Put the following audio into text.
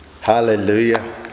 Hallelujah